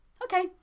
Okay